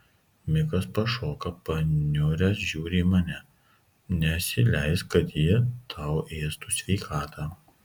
mikas pašoka paniuręs žiūri į mane nesileisk kad ji tau ėstų sveikatą